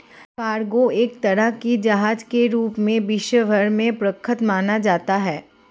cargo एक तरह के जहाज के रूप में विश्व भर में प्रख्यात माना जाता है